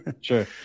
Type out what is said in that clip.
sure